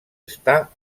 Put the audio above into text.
està